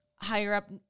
higher-up